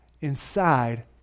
inside